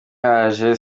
haje